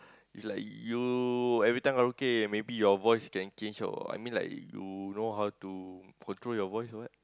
is like you every time karaoke maybe your voice can change or I mean like you know how to control your voice or what